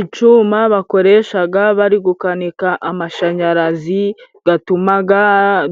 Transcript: Icuma bakoreshaga bari gukanika amashanyarazi gatumaga